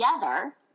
together